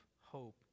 hope